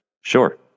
Sure